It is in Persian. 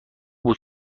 بود